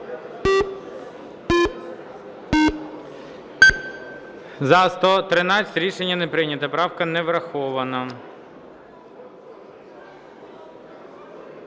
За-113 Рішення не прийнято. Правка не врахована.